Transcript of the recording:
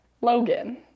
Logan